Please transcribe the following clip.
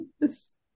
Yes